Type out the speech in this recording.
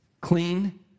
clean